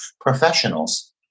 Professionals